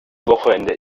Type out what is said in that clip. wochenende